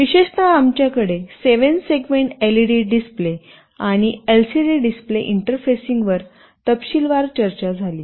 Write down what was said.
आणि विशेषत आमच्याकडे 7 सेगमेंट एलईडी डिस्प्ले आणि एलसीडी डिस्प्ले इंटरफेसिंगवर तपशीलवार चर्चा झाली